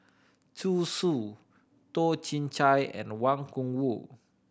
Zhu Xu Toh Chin Chye and Wang Gungwu